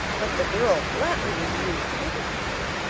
but the girl flatly refused to give it to her.